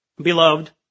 beloved